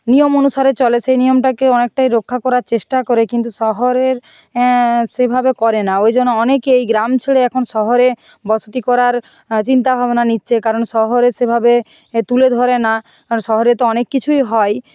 নিয়ম অনুসারে চলে সেই নিয়মটাকেও অনেকটাই রক্ষা করার চেষ্টা করে কিন্তু শহরের সেভাবে করে না ওই জন্য অনেকেই গ্রাম ছেড়ে এখন শহরে বসতি করার চিন্তা ভাবনা নিচ্ছে কারণ শহরে সেভাবে এ তুলে ধরে না কারণ শহরে তো অনেক কিছুই হয়